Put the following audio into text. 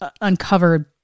uncovered